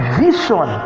vision